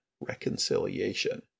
reconciliation